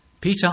Peter